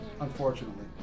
Unfortunately